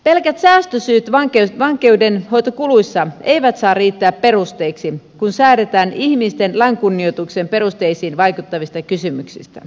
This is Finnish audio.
pelkät säästösyyt vankeinhoitokuluissa eivät saa riittää perusteiksi kun säädetään ihmisten lainkunnioituksen perusteisiin vaikuttavista kysymyksistä